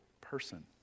person